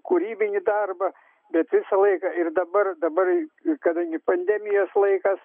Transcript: kūrybinį darbą bet visą laiką ir dabar dabar kadangi pandemijos laikas